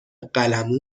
قلممو